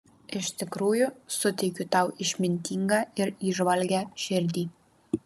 iš tikrųjų suteikiu tau išmintingą ir įžvalgią širdį